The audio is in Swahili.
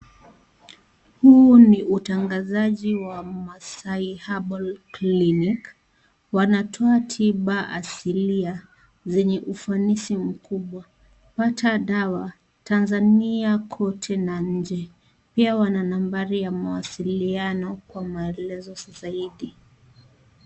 Huu ni utangazaji wa Masai Herbal Clinic. Wanatoa tiba asilia zenye ufanisi mkubwa. Pata dawa Tanzania kote na nje. Pia Wana nambari ya mawasiliano kwa maelezo zaidi.